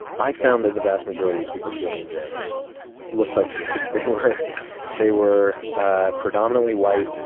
i found that the vast majority of people doing this looked like me. they were they were ah predominantly white,